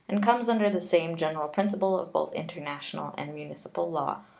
and comes under the same general principle of both international and municipal law,